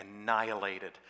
annihilated